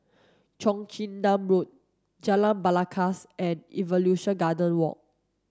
Cheong Chin Nam Road Jalan Belangkas and Evolution Garden Walk